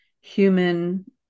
human